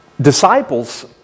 disciples